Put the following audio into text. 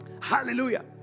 Hallelujah